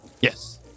Yes